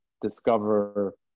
discover